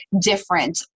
different